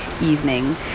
evening